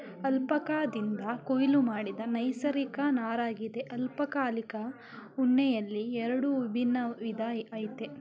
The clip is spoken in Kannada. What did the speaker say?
ಅಲ್ಪಕಾದಿಂದ ಕೊಯ್ಲು ಮಾಡಿದ ನೈಸರ್ಗಿಕ ನಾರಗಿದೆ ಅಲ್ಪಕಾಲಿಕ ಉಣ್ಣೆಯಲ್ಲಿ ಎರಡು ವಿಭಿನ್ನ ವಿಧ ಆಯ್ತೆ